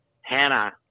Hannah